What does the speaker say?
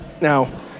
Now